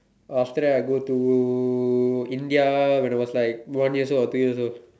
after that I go to India when I was like one year old or two years old